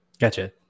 Gotcha